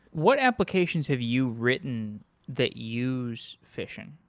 what applications have you written that use fission?